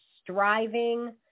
striving